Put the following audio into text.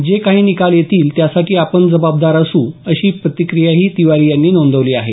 जे काही निकाल येतील त्यासाठी आपण जबाबदार असू अशी प्रतिक्रीयाही तिवारी यांनी नोंदवली आहे